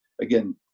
Again